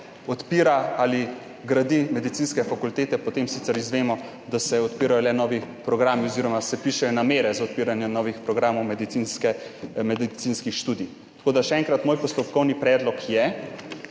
odpira ali gradi medicinske fakultete, potem sicer izvemo, da se odpirajo le novi programi oziroma se pišejo namere za odpiranje novih programov medicinskih študij. Še enkrat, moj postopkovni predlog je,